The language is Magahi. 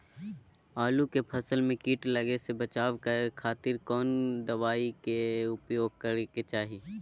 आलू के फसल में कीट लगने से बचावे खातिर कौन दवाई के उपयोग करे के चाही?